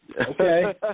Okay